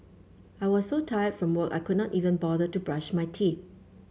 I was so tired from work I could not even bother to brush my teeth